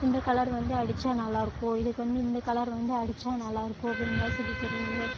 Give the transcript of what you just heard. இந்த கலர் வந்து அடித்தா நல்லாயிருக்கும் இதுக்கு வந்து இந்த கலர் வந்து அடித்தா நல்லாயிருக்கும் அப்படின்லாம் சொல்லித்தருவார்